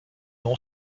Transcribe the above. nom